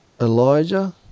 Elijah